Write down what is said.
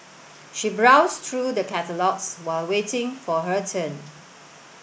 she browsed through the catalogues while waiting for her turn